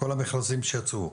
כל המכרזים שיצאו,